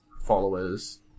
followers